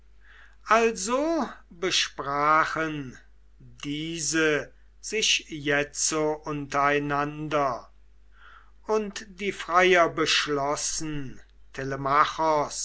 also besprachen diese sich jetzo untereinander und die freier beschlossen